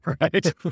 Right